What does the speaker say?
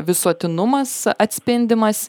visuotinumas atspindimas